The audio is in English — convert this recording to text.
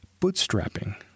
bootstrapping